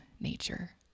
nature